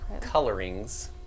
colorings